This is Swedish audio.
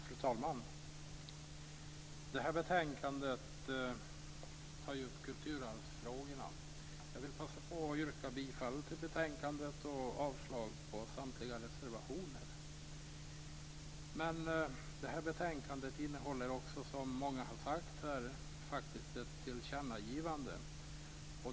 Fru talman! Detta betänkande tar upp kulturarvsfrågorna. Jag vill passa på att yrka bifall till utskottets hemställan i betänkandet och avslag på samtliga reservationer. Betänkandet innehåller också, som många har sagt, ett tillkännagivande.